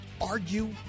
argue